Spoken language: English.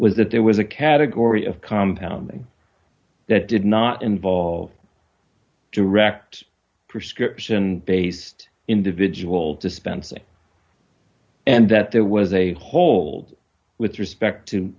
was that there was a category of compound that did not involve direct prescription based individual dispenser and that there was a hold with respect to